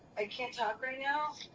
i can't talk right now.